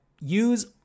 use